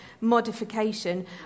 modification